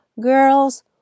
girls